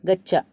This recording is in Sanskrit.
गच्छ